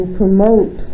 promote